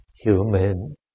human